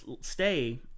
stay